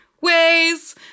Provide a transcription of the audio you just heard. ways